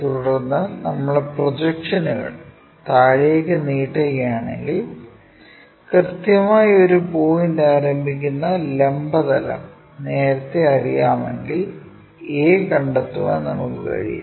തുടർന്ന് നമ്മൾ പ്രൊജക്ഷനുകൾ താഴേക്ക് നീട്ടുകയാണെങ്കിൽ കൃത്യമായി ഒരു പോയിന്റ് ആരംഭിക്കുന്ന ലംബ തലം നേരത്തെ അറിയാമെങ്കിൽ a കണ്ടെത്തുവാൻ നമുക്ക് കഴിയും